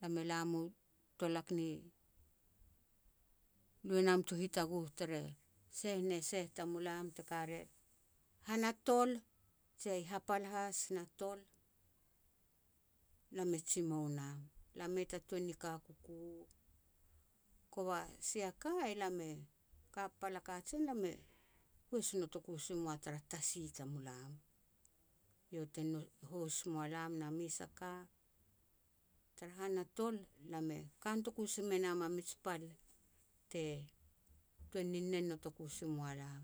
lam e la mu tolak ni lui e nam tu hitaguh tere seh ne seh tamulam te ka ria han a tol, jea hapal has na tol, lam e jimou nam, lam mei ta tuan ni ka kuku u. Kova sia ka elam e, ka pal a kajen, elam e huas notoku si mua tara tasi tamulam. Iau te huas mua lam na mes a ka, tara han a tol, lam e ka notoku si me nam a mij pal te tuan ni nen notoku si mua lam.